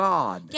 God